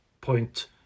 point